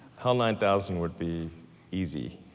hell nine thousand would be easy.